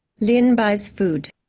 lien buys food.